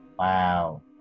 Wow